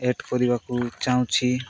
add କରିବାକୁ ଚାହୁଁଛି